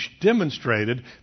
demonstrated